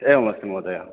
एवमस्ति महोदय